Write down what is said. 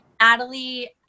natalie